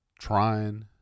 trying